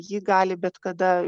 jį gali bet kada